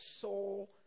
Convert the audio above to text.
soul